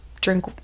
drink